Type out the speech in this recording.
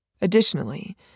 Additionally